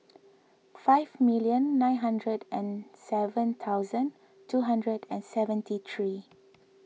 five million nine hundred and seven thousand two hundred and seventy three